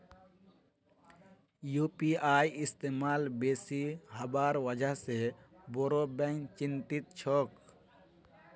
UPI इस्तमाल बेसी हबार वजह से बोरो बैंक चिंतित छोक